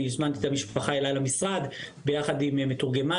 אני הזמנתי את המשפחה אליי למשרד ביחד עם מתורגמן,